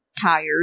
tired